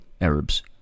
Arabs